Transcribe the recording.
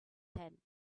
tent